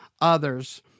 others